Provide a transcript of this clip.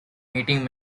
meeting